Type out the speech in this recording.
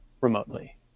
remotely